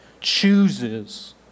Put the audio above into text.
chooses